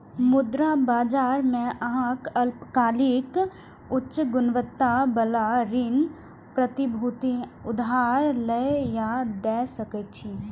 मुद्रा बाजार मे अहां अल्पकालिक, उच्च गुणवत्ता बला ऋण प्रतिभूति उधार लए या दै सकै छी